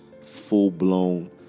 full-blown